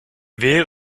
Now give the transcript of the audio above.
weer